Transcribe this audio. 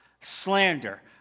slander